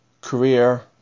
career